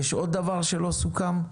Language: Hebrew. יש עוד דבר שלא סוכם,